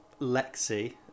Lexi